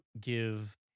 give